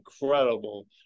incredible